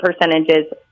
percentages